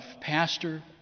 pastor